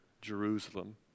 Jerusalem